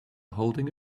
holding